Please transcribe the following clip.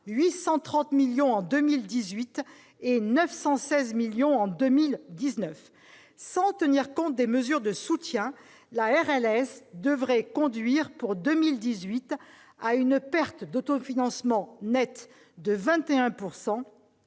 830 millions en 2018 et 916 millions en 2019. Sans tenir compte des mesures de soutien, la RLS devrait conduire pour 2018 à une perte d'autofinancement nette de 21